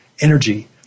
energy